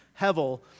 hevel